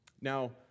Now